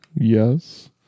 Yes